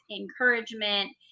encouragement